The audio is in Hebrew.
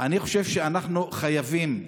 אני חושב שאנחנו חייבים,